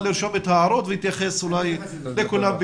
לרשום את ההערות ולהתייחס אולי לכולן ביחד.